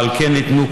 ועל כן ניתנו,